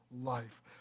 life